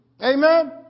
Amen